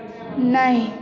नहि